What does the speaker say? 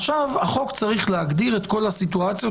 ועכשיו החוק צריך להגדיר את כל הסיטואציות